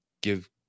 give